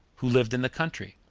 who lived in the country,